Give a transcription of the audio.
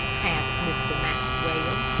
asked mr. maxwell.